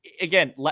again